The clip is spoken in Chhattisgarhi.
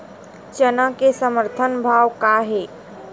चना के समर्थन भाव का हे?